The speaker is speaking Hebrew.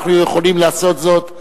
אנחנו יכולים לעשות זאת.